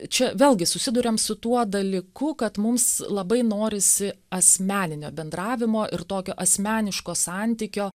čia vėlgi susiduriam su tuo dalyku kad mums labai norisi asmeninio bendravimo ir tokio asmeniško santykio